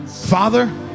Father